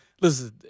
Listen